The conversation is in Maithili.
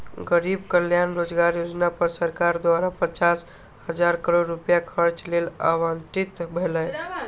गरीब कल्याण रोजगार योजना पर सरकार द्वारा पचास हजार करोड़ रुपैया खर्च लेल आवंटित भेलै